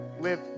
live